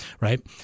right